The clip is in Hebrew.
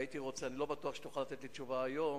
הייתי רוצה, אני לא בטוח שתוכל לתת לי תשובה היום,